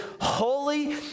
holy